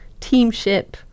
teamship